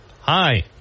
hi